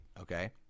okay